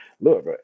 Look